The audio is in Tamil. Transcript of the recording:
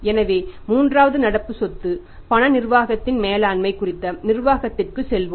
எனவே மூன்றாவது நடப்பு சொத்து பண நிர்வாகத்தின் மேலாண்மை குறித்த நிர்வாகத்திற்கு செல்வோம்